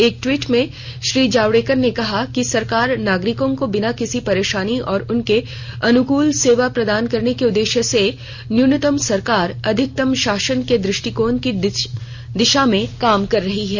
एक ट्वीट में श्री जावडेकर ने आज कहा कि सरकार नागरिकों को बिना किसी परेशानी और उनके अनुकल सेवा प्रदान करने के उद्देश्य से न्यूनतम सरकार अधिकतम शासन के दृष्टिकोण की दिशा में काम कर रही है